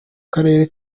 karere